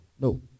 No